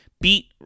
beat